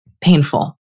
painful